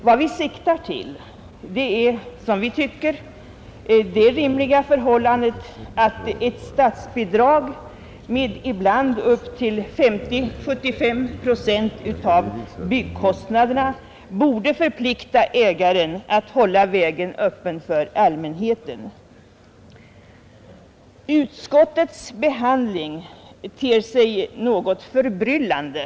Vad vi siktar till är som vi tycker det rimliga förhållandet att statsbidrag med ibland upp till 50—75 procent av byggnadskostnaderna borde förplikta ägaren att hålla vägen öppen för allmänheten. Utskottets behandling av motionen ter sig något förbryllande.